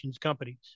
companies